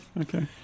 Okay